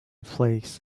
flakes